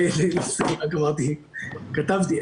ככה,